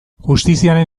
justiziaren